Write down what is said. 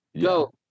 Go